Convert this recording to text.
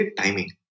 timing